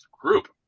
group